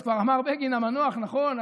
אז כבר אמר בגין המנוח: נכון,